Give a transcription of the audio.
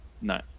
No